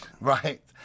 Right